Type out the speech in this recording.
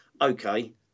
Okay